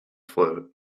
float